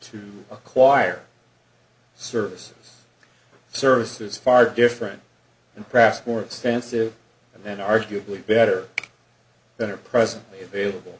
to acquire services or services far different and perhaps more extensive and then arguably better than are presently available